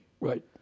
Right